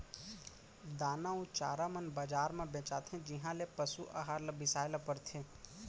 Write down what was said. दाना अउ चारा मन बजार म बेचाथें जिहॉं ले पसु अहार ल बिसाए ल परथे